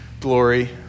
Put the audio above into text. glory